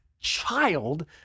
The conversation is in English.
child